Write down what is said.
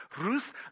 Ruth